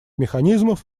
механизмов